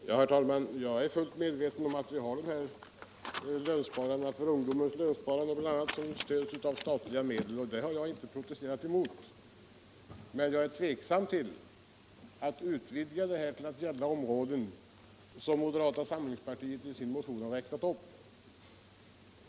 Herr talman! Jag är fullt medveten om att vi har lönsparande, ungdomens lönsparande bl.a., som stöds av statliga medel, och det har jag inte protesterat emot. Men jag är tveksam inför att utvidga detta till att gälla områden som moderata samlingspartiet i sin motion har räknat upp.